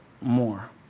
more